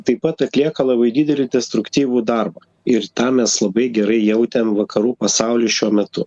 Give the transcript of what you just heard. taip pat atlieka labai didelį destruktyvų darbą ir tą mes labai gerai jautėm vakarų pasauly šiuo metu